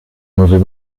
mauvais